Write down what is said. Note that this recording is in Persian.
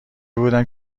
بودم